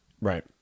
Right